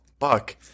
fuck